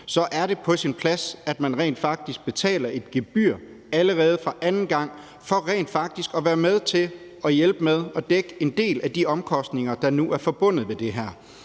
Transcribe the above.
så er det på sin plads, at man betaler et gebyr allerede fra anden gang for rent faktisk at være med at hjælpe med at dække en del af de omkostninger, der nu er forbundet med det her.